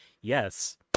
yes